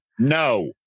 No